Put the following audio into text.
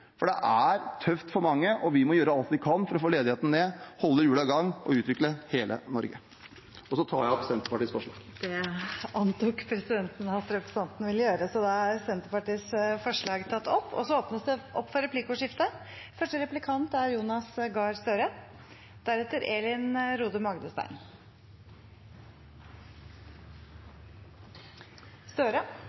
For det er tøft for mange, og vi må gjøre alt vi kan for å få ledigheten ned, holde hjulene i gang og utvikle hele Norge. Jeg tar opp Senterpartiets forslag. Det antok presidenten at representanten ville gjøre. Da har representanten Trygve Slagsvold Vedum tatt opp Senterpartiets forslag. Det blir replikkordskifte. Det å snakke med folk og lytte til folk nå er